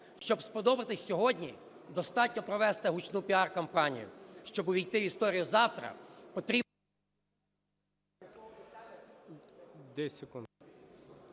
Щоб сподобатись сьогодні, достатньо провести гучну піар-кампанію. Щоб увійти в історію завтра, потрібно… ГОЛОВУЮЧИЙ.